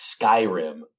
Skyrim